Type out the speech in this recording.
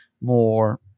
more